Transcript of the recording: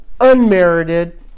unmerited